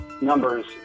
numbers